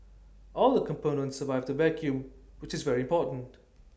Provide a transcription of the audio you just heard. all the components survived the vacuum which is very important